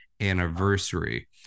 anniversary